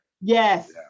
Yes